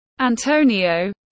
Antonio